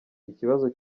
ikibazo